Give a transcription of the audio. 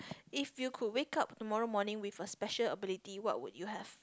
if you could wake up tomorrow morning with a special ability what would you have